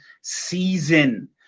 season